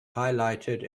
highlighted